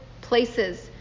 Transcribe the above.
places